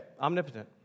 Omnipotent